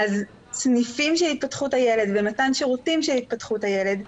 אז סניפים של התפתחות הילד ומתן שירותים של התפתחות הילד.